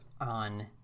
on